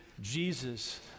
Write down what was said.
Jesus